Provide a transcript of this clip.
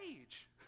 age